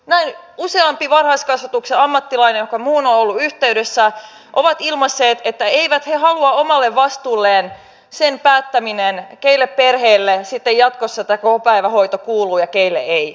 näin useampi varhaiskasvatuksen ammattilainen joka minuun on ollut yhteydessä on ilmaissut että eivät he halua omalle vastuulleen sen päättämistä keille perheille sitten jatkossa tämä päivähoito kuuluu ja keille ei